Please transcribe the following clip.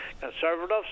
Conservatives